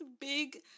big